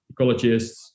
ecologists